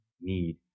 need